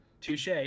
Touche